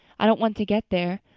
i don't want to get there.